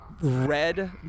red